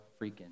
freaking